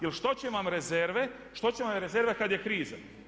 Jer što će vam rezerve, što će vam rezerva kada je kriza?